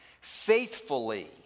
faithfully